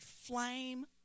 flame